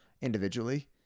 individually